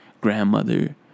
grandmother